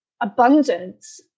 abundance